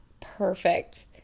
Perfect